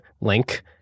link